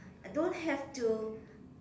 uh don't have to